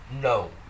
no